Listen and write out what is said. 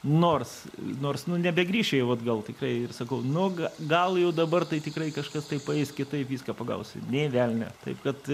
nors nors nu nebegrįši jau atgal tikrai ir sakau nu ga gal jau dabar tai tikrai kažkas tai paeis kitaip viską pagaus nė velnio taip kad